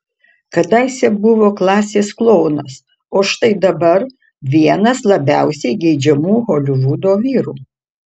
kadaise buvo klasės klounas o štai dabar vienas labiausiai geidžiamų holivudo vyrų